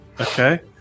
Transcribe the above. Okay